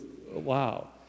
wow